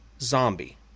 zombie